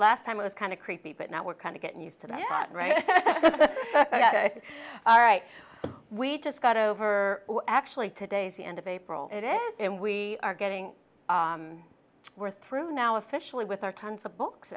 last time i was kind of creepy but now we're kind of getting used to that right all right we just got over actually today the end of april it is and we are getting we're through now officially with our tons of books